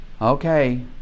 okay